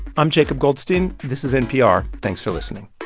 i'm jacob goldstein. this is npr. thanks for listening